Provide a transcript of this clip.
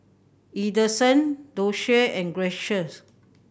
Edson Doshie and Gracias